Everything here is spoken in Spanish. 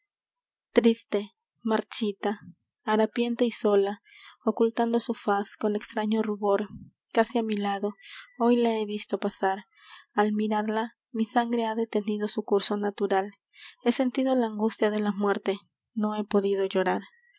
triste marchita y harapienta y sola ocultando su faz con extraño rubor casi á mi lado hoy la he visto pasar al mirarla mi sangre ha detenido su curso natural he sentido la angustia de la muerte no he podida llorar